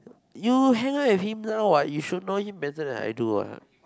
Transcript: you hang out with him now what you should know him better than I do what